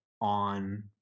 on